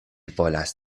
volas